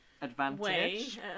advantage